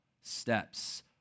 steps